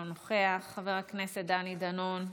אינו נוכח, חבר הכנסת דני דנון,